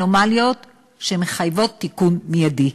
אנומליות שמחייבות תיקון מיידי.